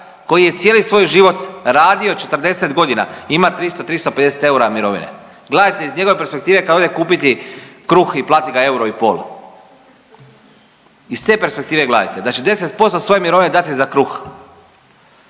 koji je cijeli svoj život radio 40 godina i ima 300-350 eura mirovine. Gledajte iz njegove perspektive kad ide kupiti kruh i plati ga 1,5 euro, iz te perspektive gledajte da će 10% svoje mirovine dati za kruh.